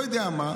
לא יודע מה,